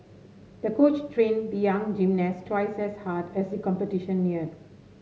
the coach trained the young gymnast twice as hard as the competition neared